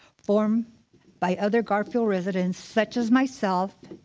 formed by other garfield residents such as myself,